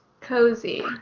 Cozy